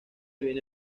viene